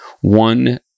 one